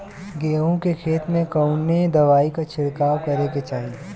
गेहूँ के खेत मे कवने दवाई क छिड़काव करे के चाही?